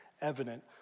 evident